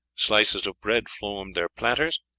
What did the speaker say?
slices of bread formed their platters,